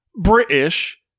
British